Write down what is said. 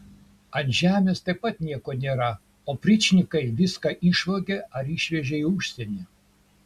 ant žemės taip pat nieko nėra opričnikai viską išvogė ar išvežė į užsienį